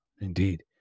Indeed